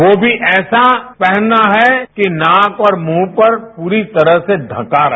वो भी ऐसा पहनना है कि नाक और मुंह पर पूरी तरह से ढका रहे